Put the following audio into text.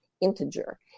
integer